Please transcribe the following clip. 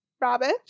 rabbit